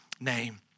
name